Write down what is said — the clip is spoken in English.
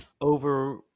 over